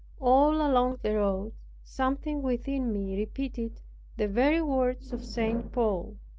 all along the road something within me repeated the very words of st. paul,